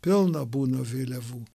pilna būna vėliavų